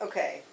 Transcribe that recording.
Okay